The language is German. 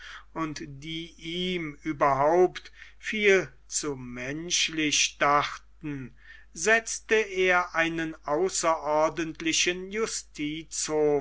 und die ihm überhaupt viel zu menschlich dachten setzte er einen außerordentlichen justizhof